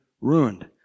ruined